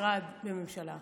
משרד בממשלה?